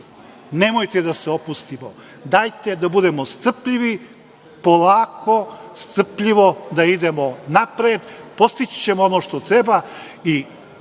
Nemojte da se opustimo. Dajte da budemo strpljivi. Polako, strpljivo da idemo napred. Postići ćemo ono što treba. Odmah